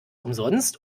umsonst